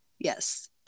Yes